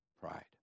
pride